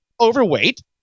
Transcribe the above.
overweight